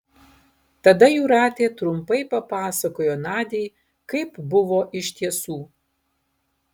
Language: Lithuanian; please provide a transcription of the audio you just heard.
tada jūratė trumpai papasakojo nadiai kaip buvo iš tiesų